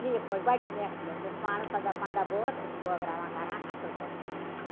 ٹھیٖک پٲٹھۍ بَجہِ محفلہِ مےٚ چھِ پانس سداہ پنٛداہ بٲژ أسۍ چھِ بٲگراوان کَران اصٕل پٲٹھۍ